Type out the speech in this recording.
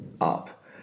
up